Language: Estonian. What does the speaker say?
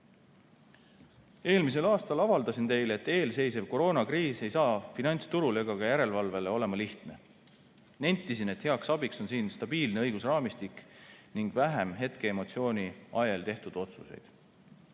Eelmisel aastal avaldasin teile, et eelseisev koroonakriis ei saa finantsturule ega ka järelevalvele olema lihtne. Nentisin, et heaks abiks on siin stabiilne õigusraamistik ning vähem hetkeemotsiooni ajel tehtud otsuseid.